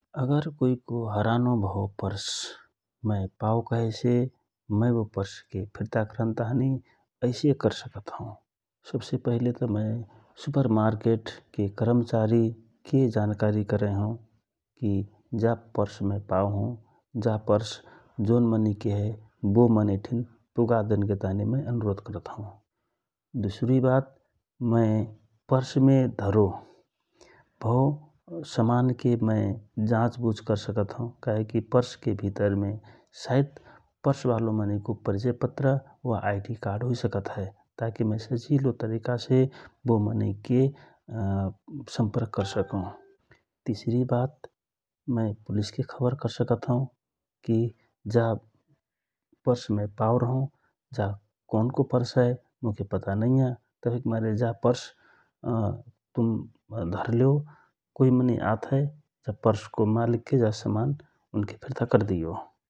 अगर कोइको हरानो भव परस मय पव कहेसे मय बो के फिरता करन ताँहि ऐसे कर सकत हौ सबसे पहिले त मय सुपर मर्केटके कर्मचारी के जानकारी करएहौ कि जा परस मय पाव हौ जा परस जौन मनै कि हए बो मनै ठिन पुगा देन पडो । दुसरी बात मय परस मे धरो भव समानके मय जाँच बुझ कर सकत हौ कहेकि परस के भितर परस बालो मनै कि परिचय पत्र या आइडि काड हुइ सकत हए । ताकि मय सजिलो तरिका से बो मनै के सम्पर्क कर सकौ । तिसरी बात मय पुलिसके खबर कर सकत हौ कि जा परस मय पाव रहौ जा परस कौन को हए मोके पता नइया तहिक मारे जा परस तुम धरलेव कोइ मनइ आत हए जा परस को मालिके जा समान उनके फिर्ता करदियो ।